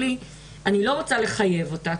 אני לא רוצה לחייב אותה,